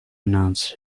announced